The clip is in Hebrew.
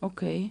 אוקיי,